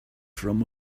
from